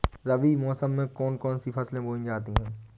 रबी मौसम में कौन कौन सी फसलें बोई जाती हैं?